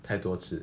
太多次